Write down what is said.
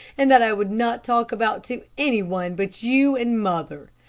and that i would not talk about to any one but you and mother.